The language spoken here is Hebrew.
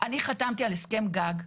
חתמתי על הסכם גג.